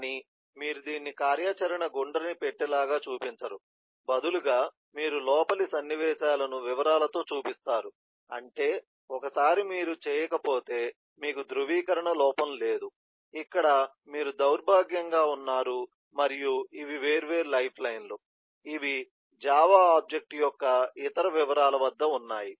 కానీ మీరు దీన్ని కార్యాచరణ గుండ్రని పెట్టె లాగా చూపించరు బదులుగా మీరు లోపలి సన్నివేశాల ను వివరాలతో చూపిస్తారు అంటే ఒకసారి మీరు చేయకపోతే మీకు ధ్రువీకరణ లోపం లేదు ఇక్కడ మీరు దౌర్భాగ్యంగా ఉన్నారు మరియు ఇవి వేర్వేరు లైఫ్లైన్లు ఇవి JAVA ఆబ్జెక్ట్ యొక్క ఇతర వివరాల వద్ద ఉన్నాయి